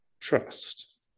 Trust